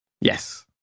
Yes